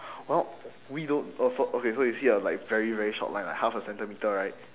well we don't oh so okay so you see a like very very short line like half a centimetre right